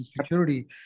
security